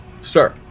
Sir